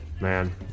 Man